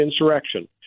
insurrection